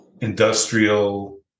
industrial